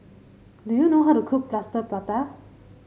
do you know how to cook Plaster Prata